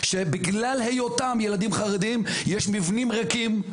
שבגלל היותם ילדים חרדים יש מבנים ריקים,